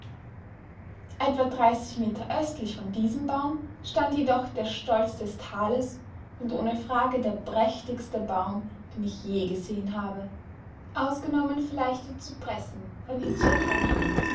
etwa dreißig meter östlich von diesem baum stand jedoch der stolz des tales und ohne frage der prächtigste baum den ich je gesehen habe ausgenommen vielleicht die zypressen von